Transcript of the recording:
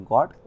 God